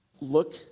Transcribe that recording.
look